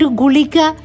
gulika